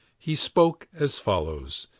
he spoke as follows,